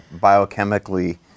biochemically